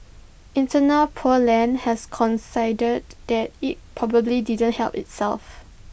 eternal pure land has that IT probably didn't help itself